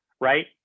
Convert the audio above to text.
right